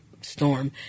storm